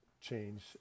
change